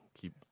Keep